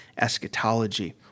eschatology